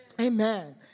amen